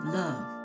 love